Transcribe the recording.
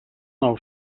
nou